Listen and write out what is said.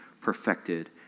perfected